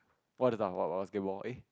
what's is the basketball eh